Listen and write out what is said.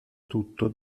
tutto